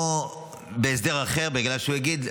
או בהסדר אחר כי הוא יגיד,